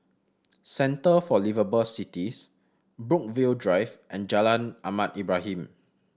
Centre for Liveable Cities Brookvale Drive and Jalan Ahmad Ibrahim